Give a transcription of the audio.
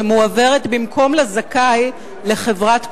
שמועברת במקום לזכאי לחברת כוח-אדם,